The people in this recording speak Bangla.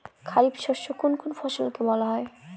খারিফ শস্য কোন কোন ফসলকে বলা হয়?